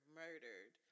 murdered